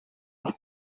and